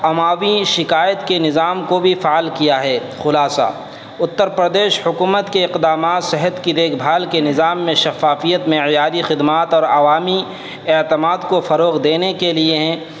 عوامی شکایت کے نظام کو بھی فعال کیا ہے خلاصہ اتر پردیش حکومت کے اقدامات صحت کی دیکھ بھال کے نظام میں شفافیت معیاری خدمات اور عوامی اعتماد کو فروغ دینے کے لیے ہیں